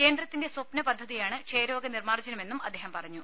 കേന്ദ്രത്തിന്റെ സ്വപ്ന പദ്ധ തിയാണ് ക്ഷയരോഗ നിർമ്മാർജ്ജനമെന്നും അദ്ദേഹം പറഞ്ഞു